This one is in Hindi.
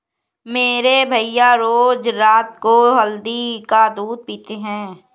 मेरे भैया रोज रात को हल्दी वाला दूध पीते हैं